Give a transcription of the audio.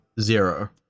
Zero